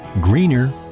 greener